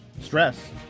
stress